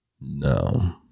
No